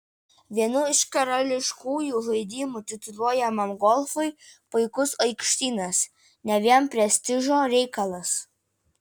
vienu iš karališkųjų žaidimų tituluojamam golfui puikus aikštynas ne vien prestižo reikalas